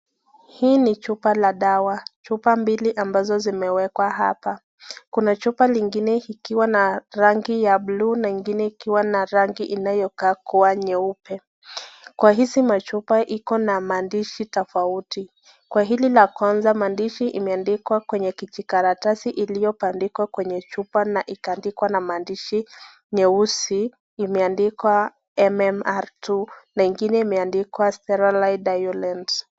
Hii ni chupa ya dawa, chupa mbili ambazo zimewekwa hapa. Kuna chupa ingine ikiwa na rangi ya blue na ingine ikiwa na rangi inayo kaa kuwa nyeupe. kwa hizi chupa iko na maandishi tofauti, kwa hili la kwanza maandishi imeandikwa kwenye kijikaratasi iliyobandikwa kwenye chupa na ikaandikwa na maandishi nyeusi, imeandikwa mmr two na ingine imeandikwa steralide iolend